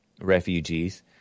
refugees